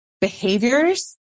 behaviors